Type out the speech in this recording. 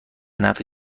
نفع